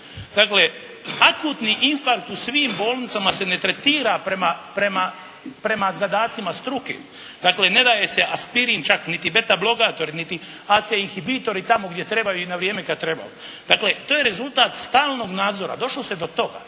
Dakle akutni infarkt u svim bolnicama se ne tretira prema, prema zadacima struke. Dakle ne daje se Aspirin, čak niti Beta blokator niti AC inhibitori tamo gdje trebaju i na vrijeme kad trebaju. Dakle to je rezultat stalnog nadzora. Došlo se do toga,